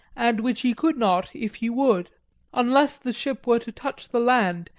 and which he could not if he would unless the ship were to touch the land,